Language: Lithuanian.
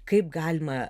kaip galima